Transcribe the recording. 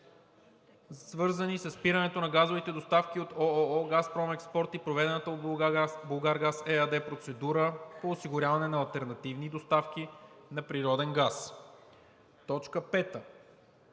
свързани със спирането на газовите доставки от ООО „Газпром Експорт“ и проведената от „Булгаргаз“ ЕАД процедура по осигуряване на алтернативни доставки на природен газ“. Точка 5 да